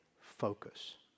focus